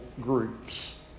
groups